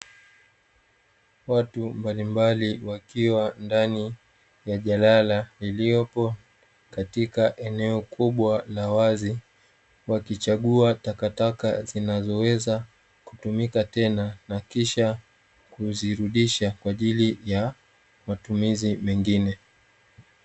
Watu mbalimbali wakiwa ndani ya jalala, lililopo katika eneo kubwa na wazi, wakichagua takataka zinazoweza kutumika tena na kisha kuzirudisha kwa ajili ya matumizi mengine.